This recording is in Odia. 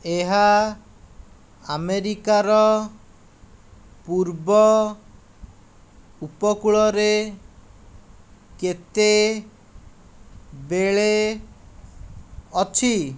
ଏହା ଆମେରିକାର ପୂର୍ବ ଉପକୂଳରେ କେତେ ବେଳେ ଅଛି